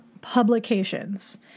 publications